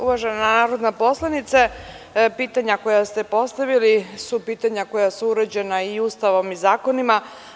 Uvažena narodna poslanice, pitanja koja ste postavili su, pitanja koja su uređena i Ustavom i zakonima.